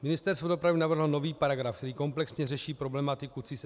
Ministerstvo dopravy navrhlo nový paragraf, který kompletně řeší problematiku CIS STK.